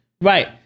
Right